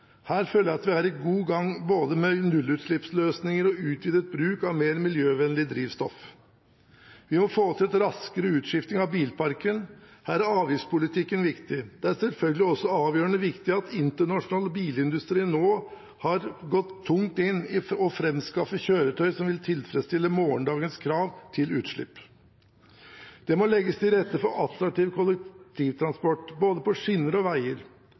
Her føler jeg at vi er i god gang både med nullutslippsløsninger og utvidet bruk av mer miljøvennlig drivstoff. Vi må få til en raskere utskifting av bilparken. Her er avgiftspolitikken viktig. Det er selvfølgelig også avgjørende viktig at internasjonal bilindustri nå har gått tungt inn i å framskaffe kjøretøy som vil tilfredsstille morgendagens krav til utslipp. Det må legges til rette for attraktiv kollektivtransport både på skinner og veier.